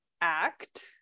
act